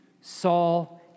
Saul